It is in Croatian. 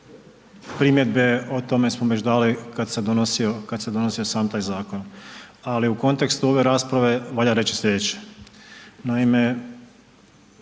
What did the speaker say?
primjedbe o tome smo već dali kad se donosio sam taj zakon ali u kontekstu ove rasprave valja reći slijedeće.